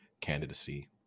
candidacy